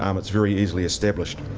um it's very easily established.